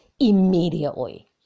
Immediately